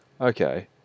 Okay